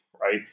right